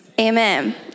amen